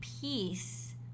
peace